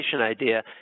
idea